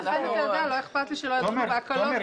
ולכן לא אכפת לי שלא יהיה דיון בהקלות.